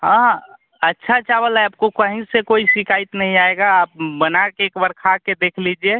हाँ अच्छा चावल है आपको कहीं से कोई शिकायत नहीं आएगी आप बनाकर एक बार खाकर देख लीजिए